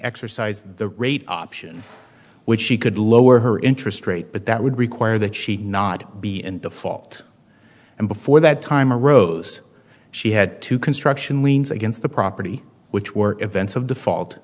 exercise the rate option which she could lower her interest rate but that would require that she not be in default and before that time arose she had to construction liens against the property which were events of default